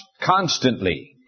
constantly